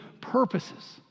purposes